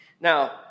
Now